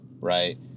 right